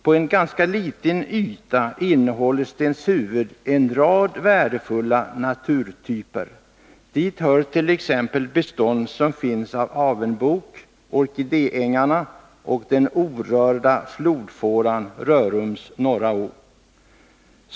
På en ganska liten yta innehåller Stenshuvud en rad värdefulla naturtyper. Dit hört.ex. de bestånd som finns av avenbok, orkidéängarna och den orörda åfåran, Rörums norra å.